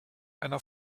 einer